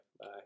Bye